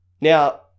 Now